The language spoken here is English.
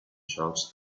charge